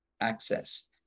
access